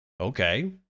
Okay